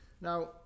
Now